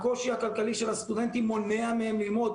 הקושי הכלכלי של הסטודנטים מונע מהם ללמוד,